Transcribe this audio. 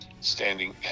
standing